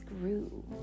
grew